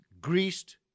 greased